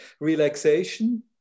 relaxation